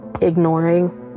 ignoring